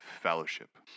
fellowship